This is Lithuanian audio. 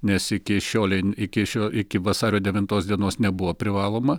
nes iki šiolei iki šio iki vasario devintos dienos nebuvo privaloma